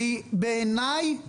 בעיניי היא